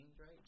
right